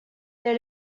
they